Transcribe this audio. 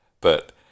But-